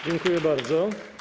Dziękuję bardzo.